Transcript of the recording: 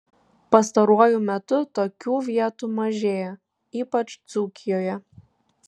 pastaruoju metu tokių vietų mažėja ypač dzūkijoje